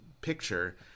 picture